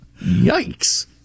Yikes